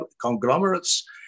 conglomerates